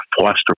foster